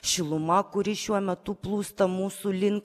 šiluma kuri šiuo metu plūsta mūsų link